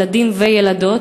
בילדים וילדות.